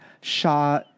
Shah